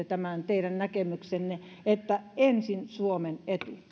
tämän teidän näkemyksenne että ensin suomen